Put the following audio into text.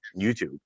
YouTube